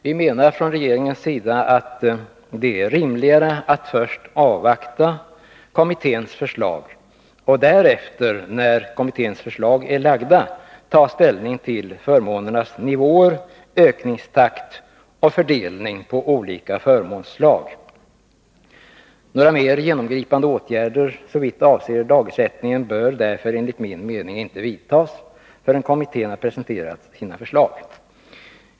Vi menar från regeringens sida att det är rimligare att först avvakta kommitténs förslag, och därefter, när kommitténs förslag har lagts fram, ta ställning till förmånernas nivåer, ökningstakt och fördelning på olika förmånsslag. Några mer genomgripande åtgärder såvitt avser dagersättningen bör därför enligt min mening inte vidtas förrän kommittén har presenterat sina förslag.